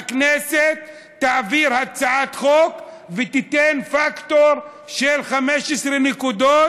הכנסת תעביר הצעת חוק ותיתן פקטור של 15 נקודות,